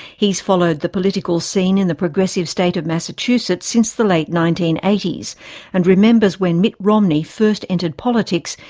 he's followed the political scene in the progressive state of massachusetts since the late nineteen eighty s and remembers when mitt romney first entered politics,